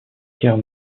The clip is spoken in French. cairn